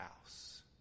house